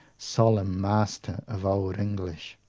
solemn master of old english,